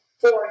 four